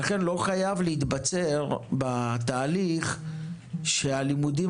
לכן לא חייבים להתבצר בתהליך שבו הלימודים